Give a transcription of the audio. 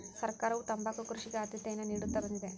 ಸರ್ಕಾರವು ತಂಬಾಕು ಕೃಷಿಗೆ ಆದ್ಯತೆಯನ್ನಾ ನಿಡುತ್ತಾ ಬಂದಿದೆ